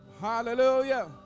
hallelujah